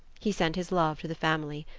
he sent his love to the family.